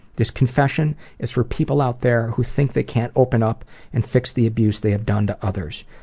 this confession is for people out there who think they can't open up and fix the abuse they have done to others.